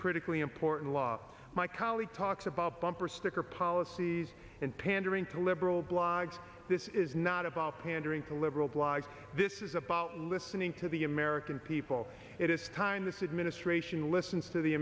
critically important law my colleague talks about bumper sticker policies and pandering to liberal blogs this is not about pandering to liberal blogs this is about listening to the american people it is time this administration listens to the